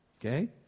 Okay